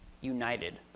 united